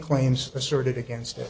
claims asserted against it